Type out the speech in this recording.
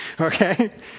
okay